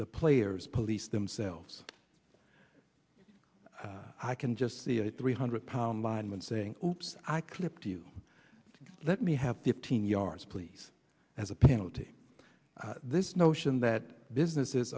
the player's police themselves i can just see a three hundred pound lineman saying oops i clipped you let me have fifteen yards please as a penalty this notion that businesses